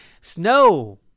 Snow